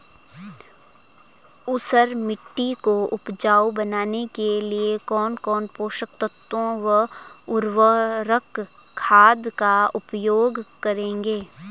ऊसर मिट्टी को उपजाऊ बनाने के लिए कौन कौन पोषक तत्वों व उर्वरक खाद का उपयोग करेंगे?